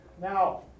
Now